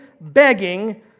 begging